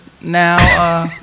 now